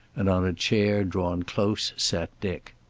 and on a chair drawn close sat dick.